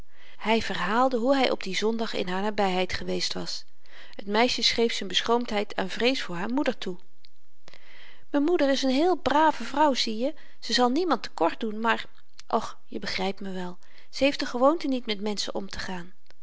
hy verhaalde hoe hy op dien zondag in haar nabyheid geweest was het meisje schreef z'n beschroomdheid aan vrees voor haar moeder toe m'n moeder is n heele brave vrouw zieje ze zal niemand te kort doen maar och je begrypt me wel ze heeft de gewoonte niet met menschen omtegaan